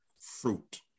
fruit